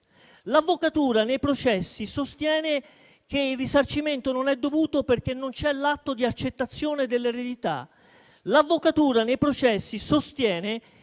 L'Avvocatura nei processi sostiene che il risarcimento non è dovuto perché non c'è l'atto di accettazione dell'eredità. L'Avvocatura nei processi sostiene